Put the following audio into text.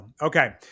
okay